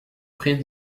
prix